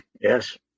Yes